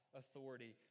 authority